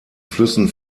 flüssen